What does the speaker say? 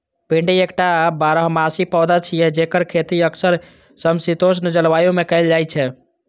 भिंडी एकटा बारहमासी पौधा छियै, जेकर खेती अक्सर समशीतोष्ण जलवायु मे कैल जाइ छै